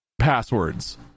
passwords